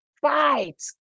fight